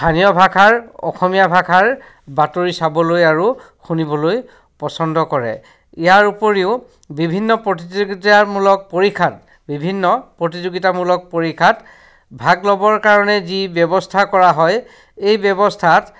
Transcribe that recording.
স্থানীয় ভাষাৰ অসমীয়া ভাষাৰ বাতৰি চাবলৈ আৰু শুনিবলৈ পচন্দ কৰে ইয়াৰ উপৰিও বিভিন্ন প্ৰতিযোগিতামূলক পৰীক্ষাত বিভিন্ন প্ৰতিযোগিতামূলক পৰীক্ষাত ভাগ ল'বৰ কাৰণে যি ব্যৱস্থা কৰা হয় এই ব্যৱস্থাত